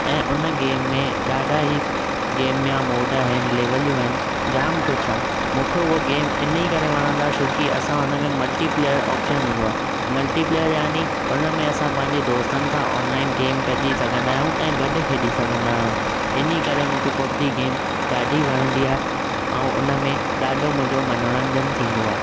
ऐं उन गेम में ॾाढा ई गेम जा मोड आहिनि लेवललियूं आहिनि जाम कुझु आहे मूंखे हो गेम इने करे वणंदो आहे छो की असां हुन में मलटी प्लेयर ऑप्शन हूंदो आहे मलटी प्लेयर यानि उन में असां पंहिंजे दोस्तनि सां ऑनलाइन गेम खेॾी सघंदा आहियूं ऐं गॾु खेॾी सघंदा आहियूं इन्हीअ करे मूंखे पबजी गेम ॾाढी वणंदी आहे ऐं हुन में ॾाढो मुंहिंजो मनोरंजन थींदो आहे